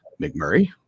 McMurray